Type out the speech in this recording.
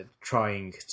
trying